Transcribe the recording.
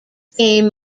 game